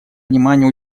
внимание